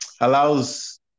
allows